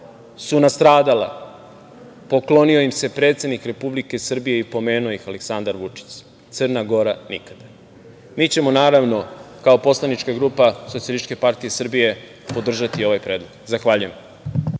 su nastradala. Poklonio im se predsednik Republike Srbije i pomenuo ih Aleksandar Vučić, Crna Gora nikada. Mi ćemo, naravno, kao poslanička grupa Socijalističke partije Srbije podržati ovaj predlog. Zahvaljujem.